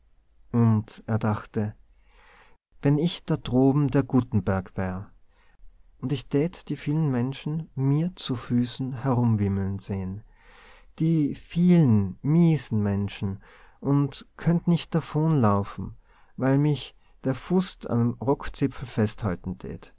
und er dachte wenn ich da droben der gutenberg wär und ich tät die vielen menschen mir zu füßen erumwimmeln sehen die vielen miesen menschen und könnt nicht davonlaufen weil mich der fust am rockzipfel festhalten